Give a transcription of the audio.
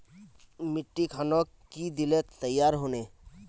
मिट्टी खानोक की दिले तैयार होने?